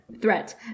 threat